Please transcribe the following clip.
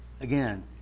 again